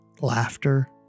laughter